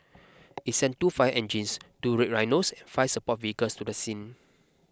it sent two fire engines two Red Rhinos five support vehicles to the scene